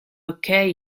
okay